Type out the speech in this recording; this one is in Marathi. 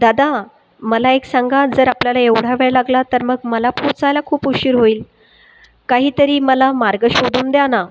दादा मला एक सांगा जर आपल्याला एवढा वेळ लागला तर मग मला पोहोचायला खूप उशीर होईल काही तरी मला मार्ग शोधून द्या ना